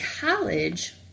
college